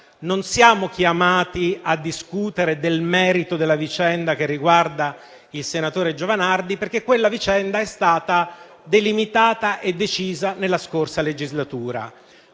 non siamo chiamati a discutere del merito della vicenda che riguarda il senatore Giovanardi, perché quella vicenda è stata delimitata e decisa nella scorsa legislatura.